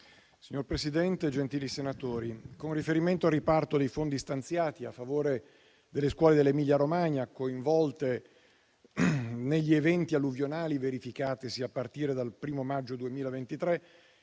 Signor Presidente, gentili senatori, con riferimento al riparto dei fondi stanziati a favore delle scuole dell'Emilia Romagna coinvolte negli eventi alluvionali verificatisi a partire dal 1° maggio 2023,